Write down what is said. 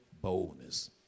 boldness